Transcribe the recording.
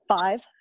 five